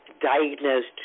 diagnosed